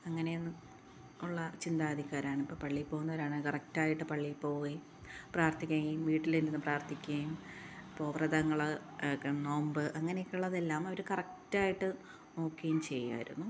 അങ്ങനെയുള്ള ചിന്താഗതിക്കാരായിരുന്നു ഇപ്പോൾ പള്ളിയിൽ പോകുന്നവരാണേല് കറക്റ്റായിട്ട് പള്ളി പോകുകയും പ്രാര്ത്ഥിക്കുകയും വീട്ടിലിരുന്നു പ്രാര്ത്ഥിക്കുകയും ഇപ്പോൾ വ്രതങ്ങള് നോമ്പ് അങ്ങനെയൊക്കെയുള്ളതെല്ലാം അവര് കറക്റ്റായിട്ട് നോക്കുകയും ചെയ്യുമായിരുന്നു